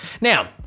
now